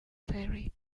ferry